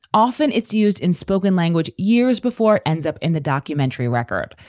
often it's used in spoken language years before it ends up in the documentary record.